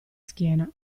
schiena